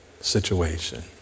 situation